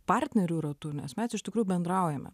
partnerių ratu nes mes iš tikrųjų bendraujame